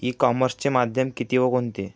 E कॉमर्सचे माध्यम किती व कोणते?